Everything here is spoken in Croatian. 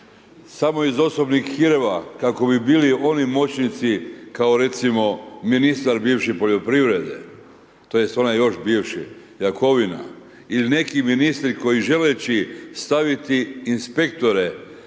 Samo iz osobnih hirova kako bi bili oni moćnici kao recimo ministar bivši poljoprivredi tj. onaj još bivši Jakovina ili neki ministri koji želeći staviti inspektore